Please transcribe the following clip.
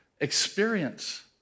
experience